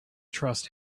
trust